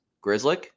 Grizzly